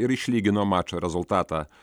ir išlygino mačo rezultatą